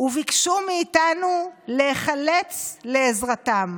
וביקשו מאיתנו להיחלץ לעזרתם,